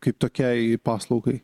kaip tokiai paslaugai